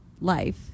life